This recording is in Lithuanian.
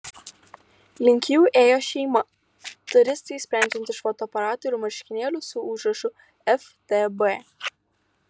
link jų ėjo šeima turistai sprendžiant iš fotoaparatų ir marškinėlių su užrašu ftb